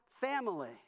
Family